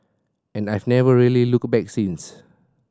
and I've never really looked back since